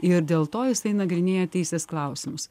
ir dėl to jisai nagrinėja teisės klausimus